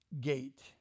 gate